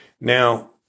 now